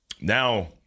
Now